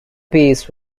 pace